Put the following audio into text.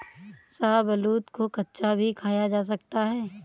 शाहबलूत को कच्चा भी खाया जा सकता है